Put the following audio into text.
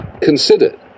considered